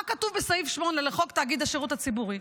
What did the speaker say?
מה כתוב בסעיף 8 לחוק תאגיד השידור הציבורי?